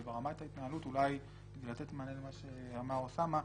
אבל ברמת ההתנהלות כדי לתת מענה למה שאמר אוסאמה,